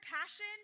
passion